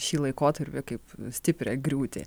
šį laikotarpį kaip stiprią griūtį